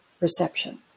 reception